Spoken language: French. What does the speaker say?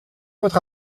votre